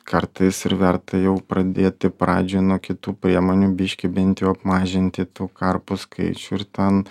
kartais ir verta jau pradėti pradžią nuo kitų priemonių biški bent jau apmažinti tų karpų skaičių ir ten